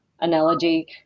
analogy